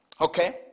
Okay